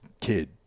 kid